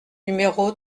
numéro